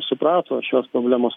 suprato šios problemos